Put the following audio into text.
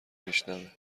میشنوه